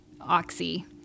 Oxy